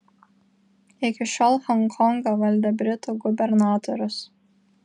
iki šiol honkongą valdė britų gubernatorius